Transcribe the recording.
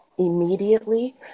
immediately